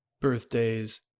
Birthdays